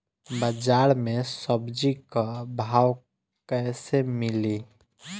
बाजार मे सब्जी क भाव कैसे मिली?